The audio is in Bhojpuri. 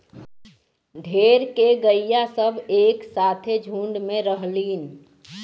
ढेर के गइया सब एक साथे झुण्ड में रहलीन